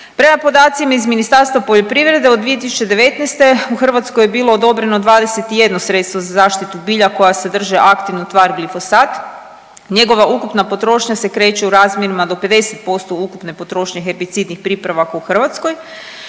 Prema podacima iz Ministarstvo poljoprivrede, od 2019. u Hrvatskoj je bilo odobreno 21 sredstva za zaštitu bilja koje sadrže aktivnu tvar glifosat, njegova ukupna potrošnja se kreće u razmjerima do 50% ukupne potrošnje herbicidnih pripravaka u Hrvatskoj